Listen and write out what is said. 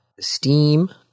Steam